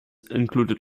included